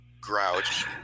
Grouch